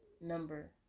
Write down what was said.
number